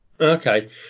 okay